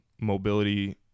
mobility